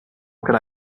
could